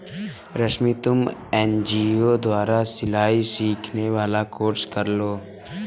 रश्मि तुम एन.जी.ओ द्वारा सिलाई सिखाने वाला कोर्स कर लो